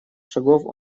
шагов